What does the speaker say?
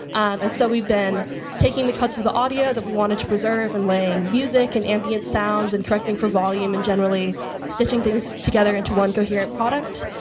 and so we've been taking the cuts of the audio that we wanted to preserve and laying music and ambient sounds and correcting for volume and generally stitching things together into one coherent product.